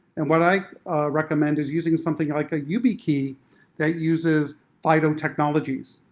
and what i recommend is using something like a yubikey that uses fido technologies.